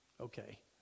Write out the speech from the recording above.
Okay